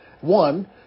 One